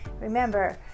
Remember